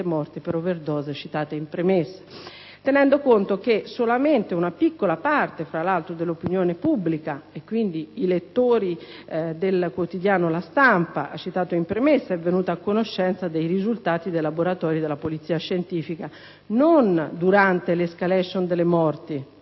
morti per *overdose* citate in premessa; tenendo conto che solamente una piccola parte dell'opinione pubblica (i lettori dell'articolo de «La Stampa» citato in premessa) è venuta a conoscenza dei risultati dei laboratori della Polizia Scientifica non durante l'*escalation* delle morti